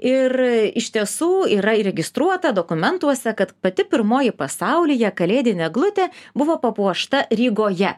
ir iš tiesų yra įregistruota dokumentuose kad pati pirmoji pasaulyje kalėdinė eglutė buvo papuošta rygoje